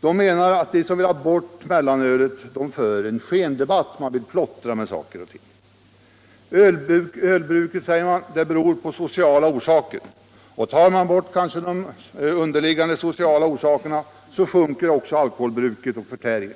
menar att vi som vill ha bort mellanölet för en skendebatt och att vi vill plottra med saker och ting. Ölbruket, säger man, har sociala orsaker, och tar man bort de underliggande sociala orsakerna sjunker också alkoholförtäringen.